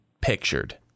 pictured